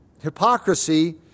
Hypocrisy